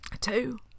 Two